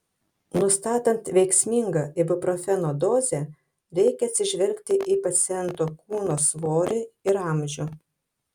nustatant veiksmingą ibuprofeno dozę reikia atsižvelgti į paciento kūno svorį ir amžių